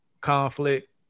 conflict